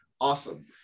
awesome